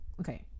okay